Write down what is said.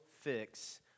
fix